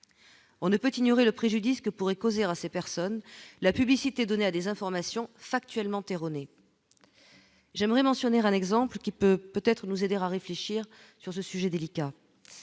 on ne peut ignorer le préjudice que pourrait causer à ces personnes la publicité donnée à des informations factuellement erronée, j'aimerais mentionner un exemple qui peut peut-être nous aider à réfléchir sur ce sujet délicat